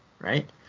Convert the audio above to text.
right